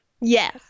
Yes